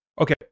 Okay